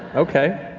okay.